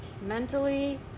mentally